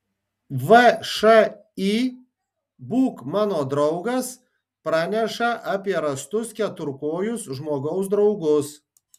všį būk mano draugas praneša apie rastus keturkojus žmogaus draugus